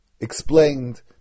explained